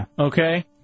Okay